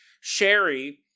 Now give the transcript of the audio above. Sherry